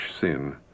sin